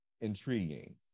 intriguing